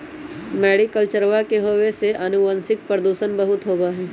मैरीकल्चरवा के होवे से आनुवंशिक प्रदूषण बहुत होबा हई